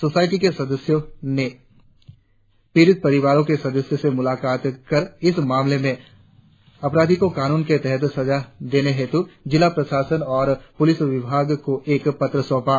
society के सदस्यों के एक टीम ने पीड़ित परिवार के सदस्यों से मुलाकात कर इस मामले के अपराधी को कानून के तहत सजा देने हेतु जिला प्रशासन और पुलिस विभाग को एक पत्र सौंपा